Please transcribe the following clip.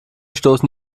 stoßen